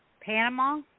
Panama